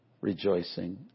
rejoicing